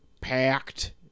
packed